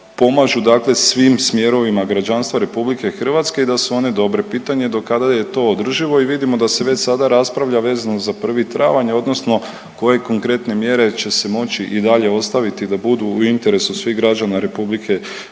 pomažu dakle svim smjerovima građanstva RH i da su one dobre. Pitanje do kada je to održivo i vidimo da se već sada raspravlja vezano za 1. travanj odnosno koje konkretne mjere će se moći i dalje ostaviti da budu u interesu svih građana RH.